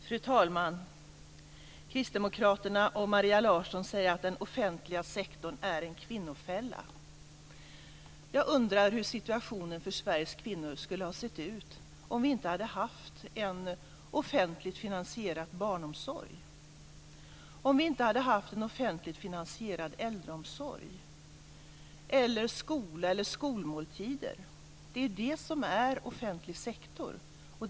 Fru talman! Kristdemokraterna och Maria Larsson säger att den offentliga sektorn är en kvinnofälla. Jag undrar hur situationen för Sveriges kvinnor skulle ha varit om vi inte hade haft en offentligt finansierad barnomsorg, äldreomsorg, skola eller skolmåltider. Det är offentlig sektor.